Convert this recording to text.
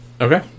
Okay